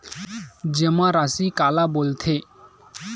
जमा राशि काला बोलथे?